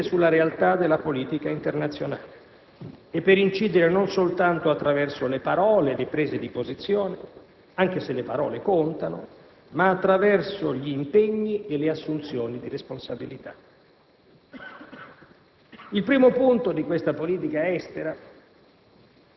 un'azione tenace, paziente, graduale, ma coerente, per incidere sulla realtà della politica internazionale, e per incidere non soltanto attraverso le parole e le prese di posizione, anche se le parole contano, ma attraverso gli impegni e le assunzioni di responsabilità.